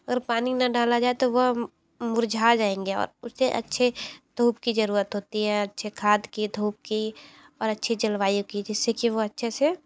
और पानी ना डाला जाए तो वह मुरझा जाएंगे और उसे अच्छे धूप की ज़रूरत होती है अच्छे खाद की धूप की और अच्छी जलवायु की जिससे कि वह अच्छे से